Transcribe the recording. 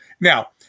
Now